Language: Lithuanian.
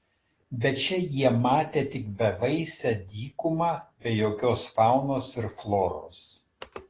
bet čia jie matė tik bevaisę dykumą be jokios faunos ir floros